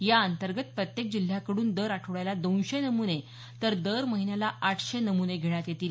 या अंतर्गत प्रत्येक जिल्ह्याकडून दर आठवड्याला दोनशे नमुने तर दर महिन्याला आठशे नमुने घेण्यात येतील